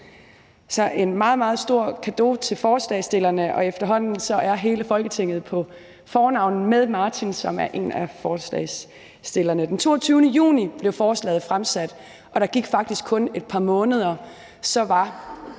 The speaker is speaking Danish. er en meget, meget stor cadeau til forslagsstillerne, og efterhånden er hele Folketinget på fornavn med Martin, som er hovedforslagsstiller. Den 20. juni blev forslaget stillet, og der gik faktisk kun et par måneder, så var